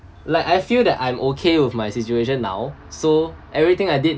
like I feel that I'm okay with my situation now so everything I did